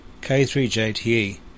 K3JTE